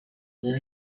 you